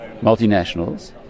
multinationals